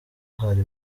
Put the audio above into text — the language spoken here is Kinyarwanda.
hari